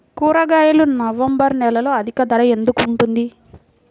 కూరగాయలు నవంబర్ నెలలో అధిక ధర ఎందుకు ఉంటుంది?